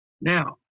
Now